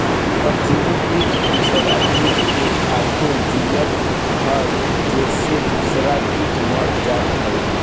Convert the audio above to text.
परजीवी किट दूसर किट के खाके जियत हअ जेसे दूसरा किट मर जात हवे